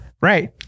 Right